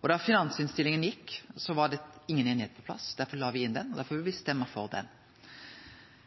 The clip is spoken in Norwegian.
beste. Da finansinnstillinga vart lagd fram, var inga einigheit på plass. Derfor la me det inn. Derfor vil me stemme for det.